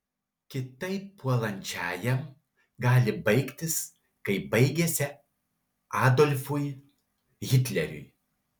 kitaip puolančiajam gali baigtis kaip baigėsi adolfui hitleriui